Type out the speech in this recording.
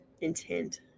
intent